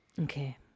Okay